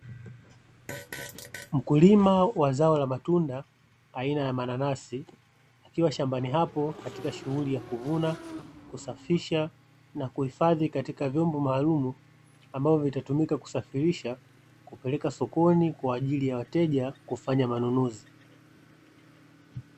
Mkulima wa zao la matunda aina ya manansi akiwa shambani hapo katika shughuli ya kuvuna, kusafisha na kuhifadhi katika vyombo maalumu ambavyo vitatumika kusafirisha kupeleka sokoni kwa ajili ya wateja kufanya manunuzi.